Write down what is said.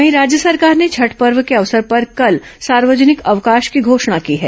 वहीं राज्य सरकार ने छठ पर्व के अवसर पर कल सार्वजनिक अवकाश की घोषणा की है